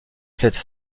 cette